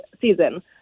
season